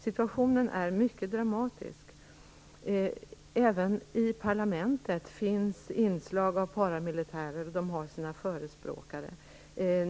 Situationen är mycket dramatisk. Även i parlamentet finns förespråkare för paramilitärerna.